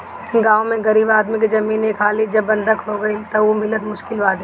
गांव में गरीब आदमी के जमीन एक हाली जब बंधक हो गईल तअ उ मिलल मुश्किल बाटे